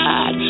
God